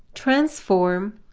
transform,